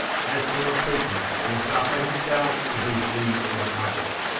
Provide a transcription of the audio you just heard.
as from a prison, or suffer himself to be freed by others.